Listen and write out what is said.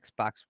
Xbox